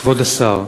כבוד השר,